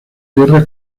guerra